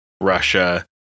Russia